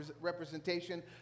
representation